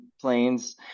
planes